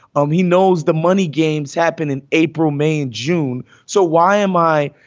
um he knows the money games happen in april, may and june. so why am i,